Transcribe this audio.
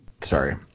sorry